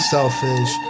Selfish